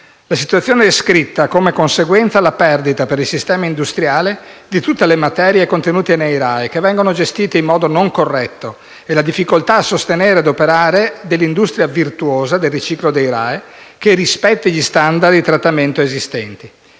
La situazione descritta ha come conseguenza la perdita per il sistema industriale di tutte le materie contenute nei RAEE, che vengono gestite in modo non corretto, e la difficoltà ad operare dell'industria virtuosa del riciclo dei RAEE che rispetti gli standard di trattamento esistenti.